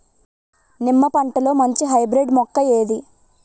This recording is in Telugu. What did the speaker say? నిమ్మ పంటలో మంచి హైబ్రిడ్ మొక్క ఏది?